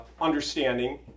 understanding